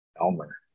Elmer